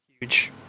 huge